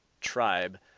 tribe